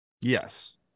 Yes